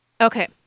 Okay